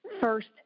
First